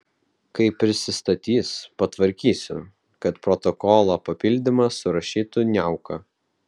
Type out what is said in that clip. kai prisistatys patvarkysiu kad protokolo papildymą surašytų niauka